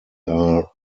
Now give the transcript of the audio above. are